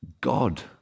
God